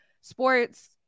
sports